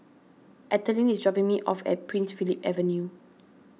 Ethelene is dropping me off at Prince Philip Avenue